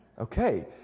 Okay